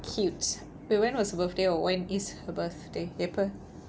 cute wait when was her birthday or when is her birthday april